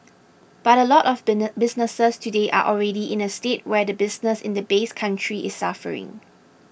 but a lot of businesses today are already in a state where the business in the base country is suffering